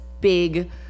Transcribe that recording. big